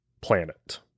planet